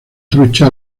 trucha